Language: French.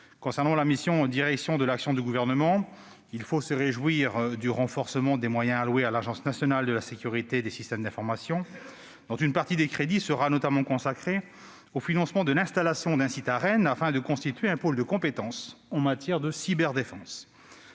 Concernant la mission « Direction de l'action du Gouvernement », il faut se réjouir du renforcement des moyens alloués à l'Agence nationale de la sécurité des systèmes d'information, dont une partie des crédits seront consacrés au financement de l'installation d'un site à Rennes, afin de constituer un pôle de compétences en matière de cyberdéfense.